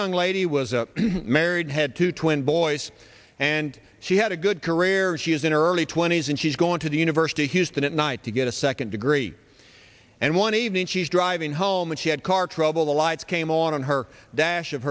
young lady was married had two twin boys and she had a good career she was in her early twenty's and she's going to the university of houston at night to get a second degree and one evening she's driving home and she had car trouble the lights came on on her dash of